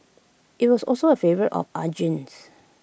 IT was also A favourite of Arjun's